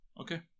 Okay